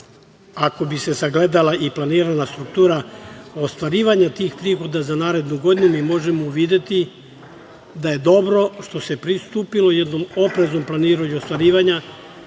Ako bi se sagledala i planirana struktura ostvarivanje tih prihoda za narednu godini, mi možemo uvideti da je dobro što se pristupilo jednom opreznom planiranju i ostvarivanja,